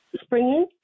springing